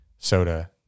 Soda